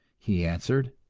he answered.